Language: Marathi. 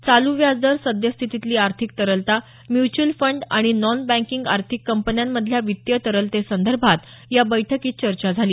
चालू व्याजदर सद्य स्थितीतली आर्थिक तरलता म्यूच्यूअल फंड आणि नॉन बँकिंग आर्थिक कंपन्यांमधल्या वित्तीय तरलतेसंदर्भात या बैठकीत चर्चा झाली